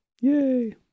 Yay